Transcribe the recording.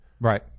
right